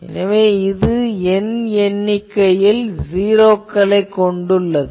எனவே இது n எண்ணிக்கையில் ஜீரோக்களைக் கொண்டுள்ளது